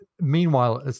Meanwhile